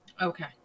okay